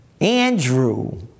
Andrew